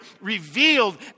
revealed